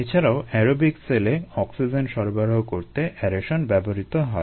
এছাড়াও অ্যারোবিক সেলে অক্সিজেন সরবরাহ করতে অ্যারেশন ব্যবহৃত হয়